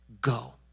go